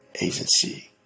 Agency